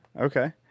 okay